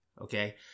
okay